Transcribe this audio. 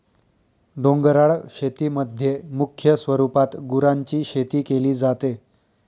डोंगराळ शेतीमध्ये मुख्य स्वरूपात गुरांची शेती केली जाते